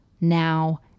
now